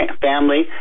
family